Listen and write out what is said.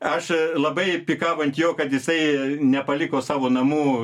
aš labai pykau ant jo kad jisai nepaliko savo namų